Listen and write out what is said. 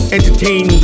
Entertain